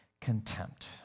contempt